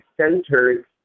centered